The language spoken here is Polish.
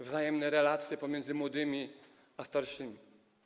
Wzajemne relacje pomiędzy młodymi a starszymi.